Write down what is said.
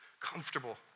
Comfortable